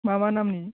मा मा नामनि